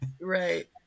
Right